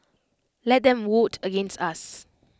let them vote against us